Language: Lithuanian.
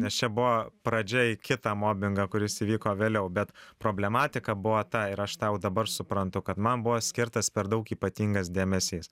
nes čia buvo pradžia į kitą mobingą kuris įvyko vėliau bet problematika buvo ta ir aš tą jau dabar suprantu kad man buvo skirtas per daug ypatingas dėmesys